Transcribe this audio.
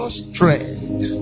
strength